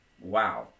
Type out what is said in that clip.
Wow